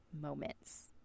moments